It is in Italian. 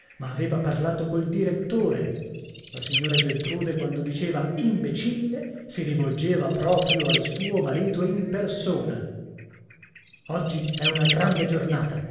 ma aveva parlato col direttore la signora geltrude quando diceva imbecille si rivolgeva proprio al suo marito in persona oggi è una grande giornata